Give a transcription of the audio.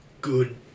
Good